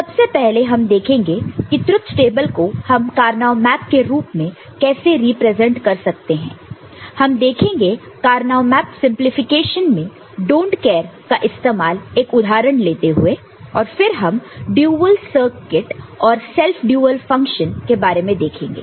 सबसे पहले हम देखेंगे कि ट्रुथ टेबल को हम कार्नो मैप के रूप में कैसे रिप्रेजेंट कर सकते हैं हम देखेंगे कार्नो मैप सिंपलीफिकेशन में डोंट केयर का इस्तेमाल एक उदाहरण लेते हुए और फिर हम ड्यूल सर्किट और सेल्फ ड्यूल फंक्शन के बारे में देखेंगे